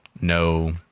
no